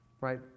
right